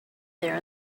there